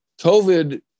COVID